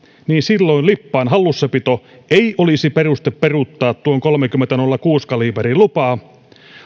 niin silloin lippaan hallussapito ei olisi peruste peruuttaa tuon kolmekymmentä viiva nolla kuusi kaliiperin lupaa